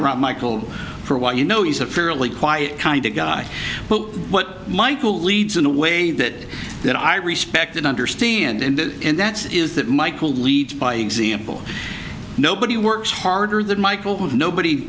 around michael for a while you know he's a fairly quiet kind of guy but what michael leads in a way that that i respect and understand and that is that michael lead by example nobody works harder than michael who nobody